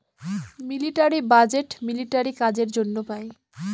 military budget military কাজের জন্য পাই